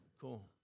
Cool